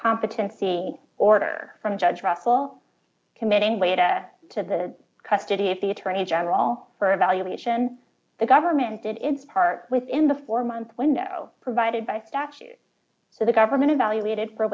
competency order from judge russell committing weta to the custody of the attorney general for evaluation the government did its part within the four month window provided by statute so the government evaluated for